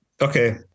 Okay